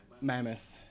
Mammoth